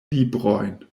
librojn